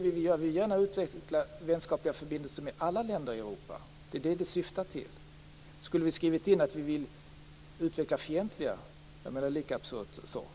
Vi vill gärna utveckla vänskapliga förbindelser med alla länder i Europa. Det är vad detta syftar till. Skulle vi ha skrivit in att vi vill utveckla fientliga förbindelser? Det är absurt!